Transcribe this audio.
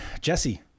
Jesse